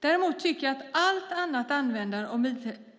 Däremot tycker jag att allt annat användande